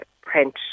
print